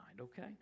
okay